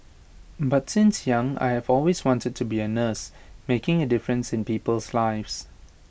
but since young I have always wanted to be A nurse making A difference in people's lives